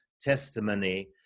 testimony